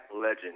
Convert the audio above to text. legend